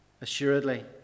Assuredly